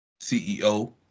CEO